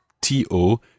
T-O